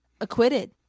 acquitted